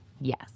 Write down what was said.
yes